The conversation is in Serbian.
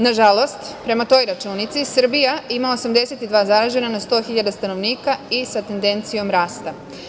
Nažalost, prema toj računici Srbija ima 82 zaražena na 100 hiljada stanovnika i sa tendencijom rasta.